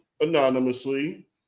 anonymously